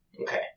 Okay